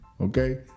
Okay